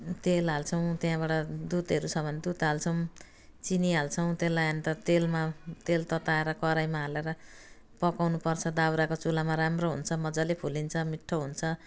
तेल हाल्छौँ त्यहाँबाट दुधहरू छ भने दुध हाल्छौँ चिनी हाल्छौँ त्यसलाई अन्त तेलमा तेल तताएर कराहीमा हालेर पकाउनुपर्छ दाउराको चुल्हामा राम्रो हुन्छ मजाले फुलिन्छ मिठो हुन्छ